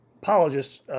Apologists